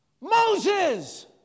Moses